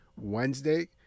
Wednesday